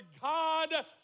God